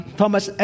Thomas